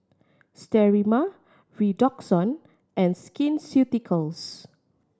Sterimar Redoxon and Skin Ceuticals